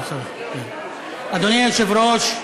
אדוני היושב-ראש,